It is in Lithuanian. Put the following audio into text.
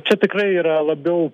čia tikrai yra labiau